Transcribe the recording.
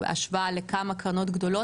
השוואה לכמה קרנות גדולות,